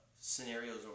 scenarios